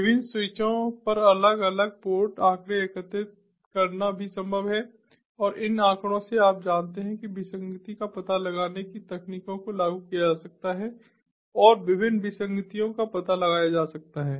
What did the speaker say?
विभिन्न स्विचों पर अलग अलग पोर्ट आँकड़े एकत्र करना भी संभव है और इन आँकड़ों से आप जानते हैं कि विसंगति का पता लगाने की तकनीकों को लागू किया जा सकता है और विभिन्न विसंगतियों का पता लगाया जा सकता है